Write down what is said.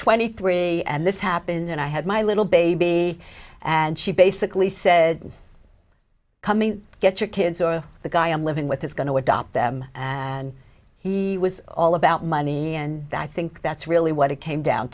twenty three and this happened and i had my little baby and she basically said coming get your kids or the guy i'm living with is going to adopt them and he was all about money and i think that's really what it came down